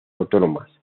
autónomas